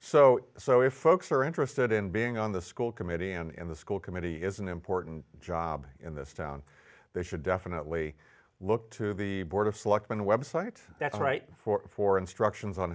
so so if folks are interested in being on the school committee and the school committee is an important job in this town they should definitely look to the board of selectmen website that's right for for instructions on